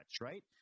right